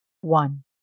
one